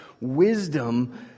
wisdom